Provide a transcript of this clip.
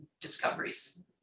discoveries